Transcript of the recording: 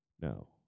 No